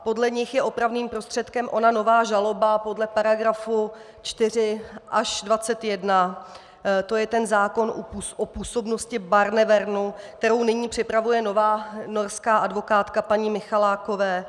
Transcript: Podle nich je opravným prostředkem ona nová žaloba podle § 4 až 21, to je zákon o působnosti Barnevernu, kterou nyní připravuje nová norská advokátka paní Michalákové.